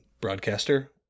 broadcaster